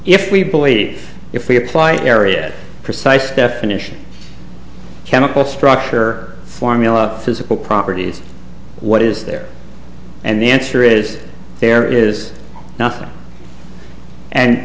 if we believe if we apply area precise definition chemical structure or formula physical properties what is there and the answer is there is nothing and